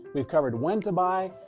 we've covered when to buy.